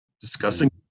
discussing